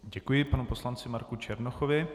Děkuji panu poslanci Marku Černochovi.